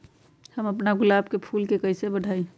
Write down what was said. हम अपना गुलाब के फूल के कईसे बढ़ाई?